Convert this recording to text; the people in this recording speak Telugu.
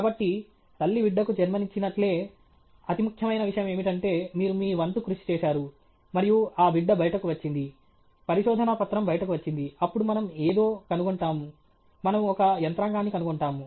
కాబట్టి తల్లి బిడ్డకు జన్మనిచ్చినట్లే అతి ముఖ్యమైన విషయం ఏమిటంటే మీరు మీ వంతు కృషి చేసారు మరియు ఆ బిడ్డ బయటకు వచ్చింది పరిశోదన పత్రం బయటకు వచ్చింది అప్పుడు మనము ఏదో కనుగొంటాము మనము ఒక యంత్రాంగాన్ని కనుగొంటాము